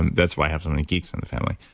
that's why i have so many geeks in the family,